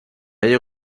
ello